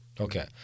Okay